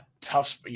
tough